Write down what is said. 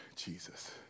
Jesus